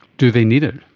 do they need it?